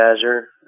Azure